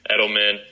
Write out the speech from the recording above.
Edelman